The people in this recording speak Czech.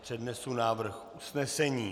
Přednesu návrh usnesení.